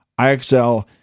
IXL